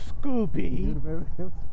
Scooby